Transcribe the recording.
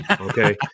okay